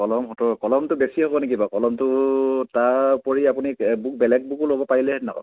কলম সত্তৰ কলমটো বেছি হ'ব নেকি বাৰু কলমটো তাৰ উপৰি আপুনি বুক বেলেগ বুকো ল'ব পাৰিলে হেতেন আকৌ